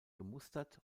gemustert